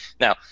Now